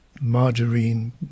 margarine